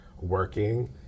working